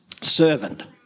servant